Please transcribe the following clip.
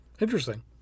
Interesting